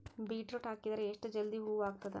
Beetroot ಹಾಕಿದರ ಎಷ್ಟ ಜಲ್ದಿ ಹೂವ ಆಗತದ?